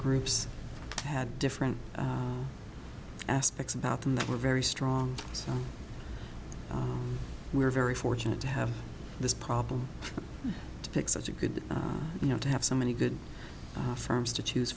groups had different aspects about them that were very strong so we're very fortunate to have this problem to pick such a good you know to have so many good firms to choose